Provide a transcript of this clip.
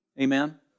Amen